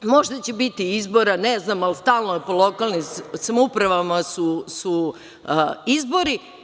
Možda će biti izbora, ne znam, ali stalno po lokalnim samoupravama su izbori.